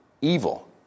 evil